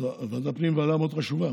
ועדת הפנים היא ועדה מאוד חשובה.